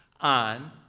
on